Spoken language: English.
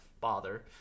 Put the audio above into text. bother